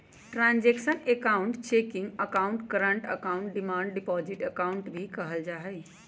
transactional account checking account, current account, demand deposit account भी कहल जाहई